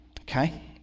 okay